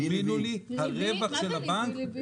ולפי זה אנחנו רואים את הצורך של הלקוחות בסניפים.